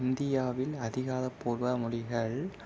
இந்தியாவில் அதிகார பூர்வ மொழிகள்